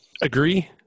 Agree